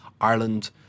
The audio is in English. Ireland